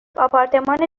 آپارتمان